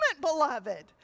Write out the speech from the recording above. beloved